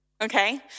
okay